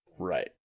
Right